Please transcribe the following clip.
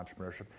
entrepreneurship